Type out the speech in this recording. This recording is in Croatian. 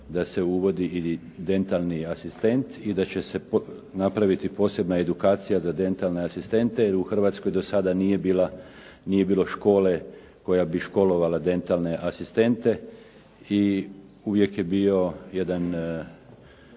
da se uvodi i dentalni asistent i da će se napraviti posebna edukacija za dentalne asistente, jer u Hrvatskoj do sada nije bilo škole koja bi školovala dentalne asistente i uvijek je bilo jedno